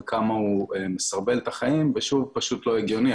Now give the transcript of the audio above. כמה הוא מסרבל את החיים והוא לא הגיוני.